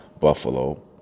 Buffalo